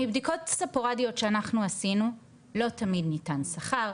מבדיקות ספורדיות שאנחנו עשינו לא תמיד ניתן שכר,